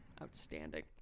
Outstanding